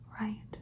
right